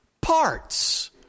parts